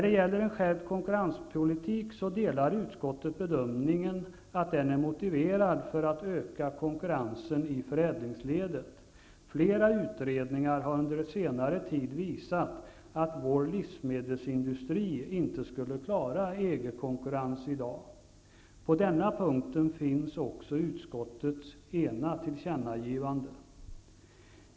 Utskottet delar bedömningen att en skärpt konkurrenspolitik är motiverad för att öka konkurrensen i förädlingsledet. Flera utredningar har under senare tid visat att vår livsmedelsindustri inte skulle klara EG-konkurrensen i dag. På denna punkten finns också ett tillkännagivande från utskottet.